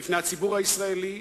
בפני הציבור הישראלי,